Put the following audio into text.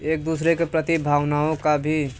एक दूसरे के प्रति भावनाओं का भी